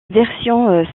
version